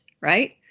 right